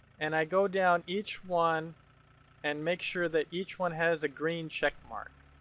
and i go down each one and make sure that each one has a green check mark.